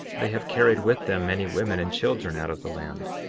they have carried with them many women and children out of the land.